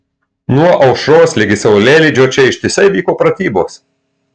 nuo aušros ligi saulėlydžio čia ištisai vyko pratybos